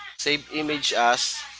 save image as